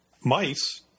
mice